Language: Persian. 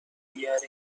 بیارین